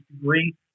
degree